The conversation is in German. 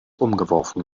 umgeworfen